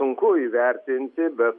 sunku įvertinti bet